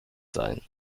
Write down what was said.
sein